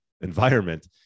environment